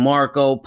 Marco